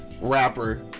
rapper